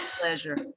pleasure